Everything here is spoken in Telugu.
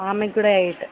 ఆమెకు కూడా ఎయిట్